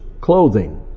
clothing